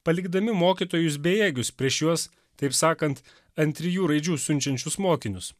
palikdami mokytojus bejėgius prieš juos taip sakant ant trijų raidžių siunčiančius mokinius